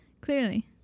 clearly